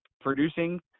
producing